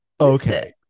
Okay